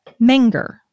Menger